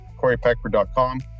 coreypeckford.com